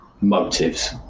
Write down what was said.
motives